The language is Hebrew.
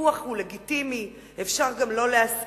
הוויכוח הוא לגיטימי, אפשר גם לא להסכים.